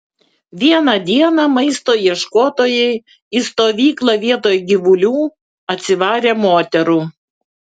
vieną dieną maisto ieškotojai į stovyklą vietoj gyvulių atsivarė moterų